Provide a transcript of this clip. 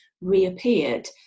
reappeared